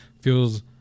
feels